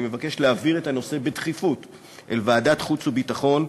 אני מבקש להעביר את הנושא בדחיפות אל ועדת חוץ וביטחון.